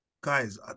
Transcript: guys